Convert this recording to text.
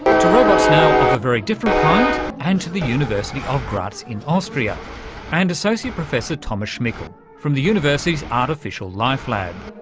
to robots now of a very different kind and to the university of graz in austria and associate professor thomas schmickl from the university's artificial life lab.